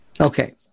Okay